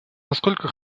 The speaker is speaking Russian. насколько